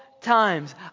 times